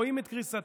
רואים את קריסתה,